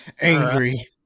Angry